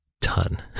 ton